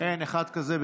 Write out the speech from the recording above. אין אחד כזה.